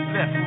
Left